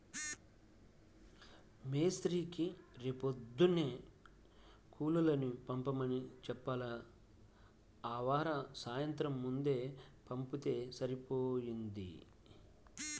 మేస్త్రీకి రేపొద్దున్నే కూలోళ్ళని పంపమని చెప్పాల, ఆవార సాయంత్రం ముందే పంపిత్తే సరిపోయిద్ది